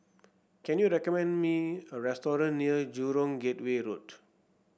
can you recommend me a restaurant near Jurong Gateway Road